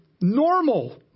normal